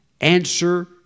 answer